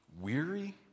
weary